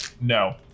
No